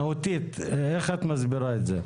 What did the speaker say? מהותית, איך את מסבירה את זה?